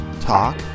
talk